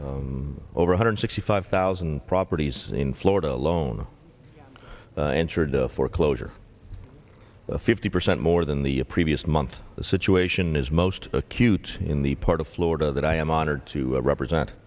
august over a hundred sixty five thousand properties in florida alone entered the foreclosure fifty percent more than the previous month the situation is most acute in the part of florida that i am honored to represent